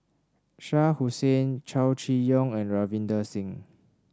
Shah Hussain Chow Chee Yong and Ravinder Singh